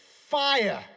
fire